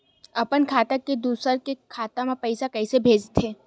अपन खाता ले दुसर के खाता मा पईसा कइसे भेजथे?